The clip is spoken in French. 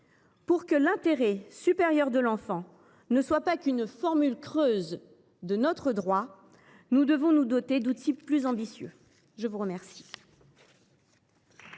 Pour que l’intérêt supérieur de l’enfant ne soit pas qu’une formule creuse dans notre droit, nous devons nous doter d’outils plus ambitieux. La parole